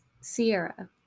Sierra